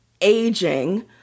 aging